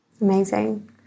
Amazing